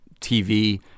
tv